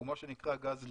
הוא מה שנקרא גז lean,